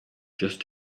just